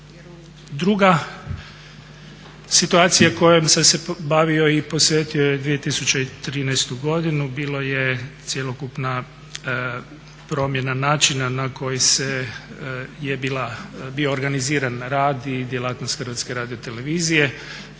Druga situacija kojom sam se bavio i posvetio joj 2013. godinu bilo je cjelokupna promjena načina na koji je bio organiziran rad i djelatnost HRT-a. Pristupio